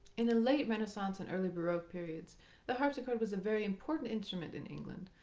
in the late renaissance and early baroque periods the harpsichord was a very important instrument in england,